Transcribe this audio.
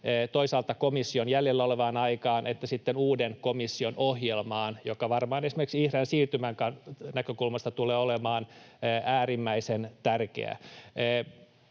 toisaalta komission jäljellä olevaan aikaan, toisaalta sitten uuden komission ohjelmaan, joka varmaan esimerkiksi vihreän siirtymän näkökulmasta tulee olemaan äärimmäisen tärkeä.